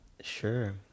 Sure